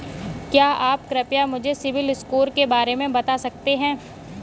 क्या आप कृपया मुझे सिबिल स्कोर के बारे में बता सकते हैं?